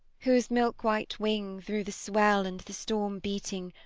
whose milk-white wing through the swell and the storm-beating,